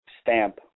stamp